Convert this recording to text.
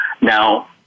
Now